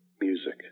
music